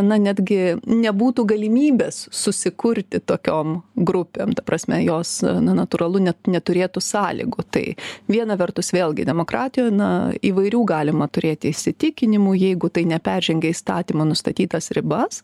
na netgi nebūtų galimybės susikurti tokiom grupėm ta prasme jos natūralu net neturėtų sąlygų tai viena vertus vėlgi demokratijoj na įvairių galima turėti įsitikinimų jeigu tai neperžengia įstatymo nustatytas ribas